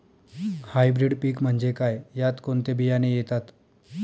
Hybrid पीक म्हणजे काय? यात कोणते बियाणे येतात?